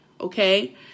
okay